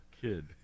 kid